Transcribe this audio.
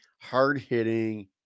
hard-hitting